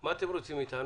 מה אתם רוצים מאיתנו?